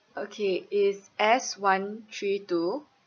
okay it's S one three two